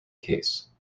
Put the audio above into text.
case